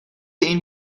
این